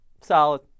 Solid